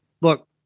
look